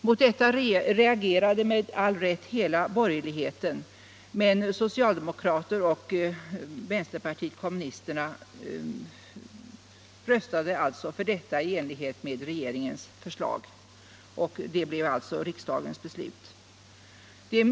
Mot detta reagerade med all rätt hela borgerligheten, men socialdemokrater och kommunister röstade för regeringens förslag, och det blev riksdagens beslut.